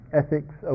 ethics